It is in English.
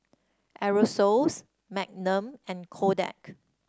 Aerosoles Magnum and Kodak